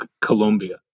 Colombia